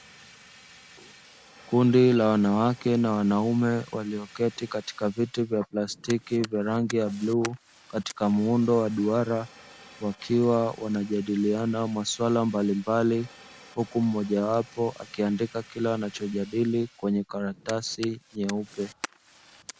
Kundi la wanawake na wanaume, walioketi katika viti vya prastiki vya rangi ya bluu katika muundo wa duara, wakiwa wanajadiliana maswala mbalimbali, huku mmoja wapo akiandika kile wanachojadili kwenye karatasi nyeupe.